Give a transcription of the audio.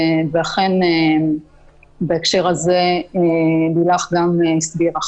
אכן, בהקשר הזה לילך הסבירה.